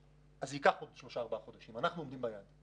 אבל זה ייקח עוד שלושה-ארבעה חודשים עד שנעמוד ביעד.